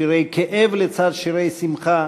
שירי כאב לצד שירי שמחה,